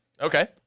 Okay